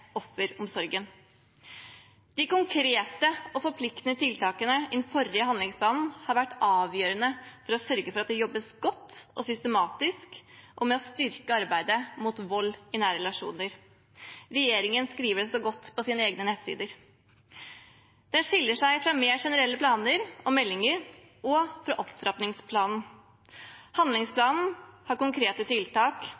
De konkrete og forpliktende tiltakene i den forrige handlingsplanen har vært avgjørende for å sørge for at det jobbes godt og systematisk med å styrke arbeidet mot vold i nære relasjoner. Regjeringen skriver det så godt på sine egne nettsider. Handlingsplanen skiller seg fra mer generelle planer og meldinger og fra opptrappingsplanen.